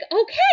okay